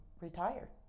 retired